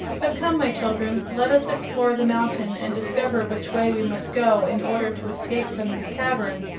but come, my children let us explore the mountain and discover which way we must go in order to escape from this cavern,